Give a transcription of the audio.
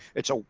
it's a,